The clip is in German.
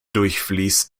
durchfließt